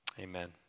Amen